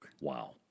Wow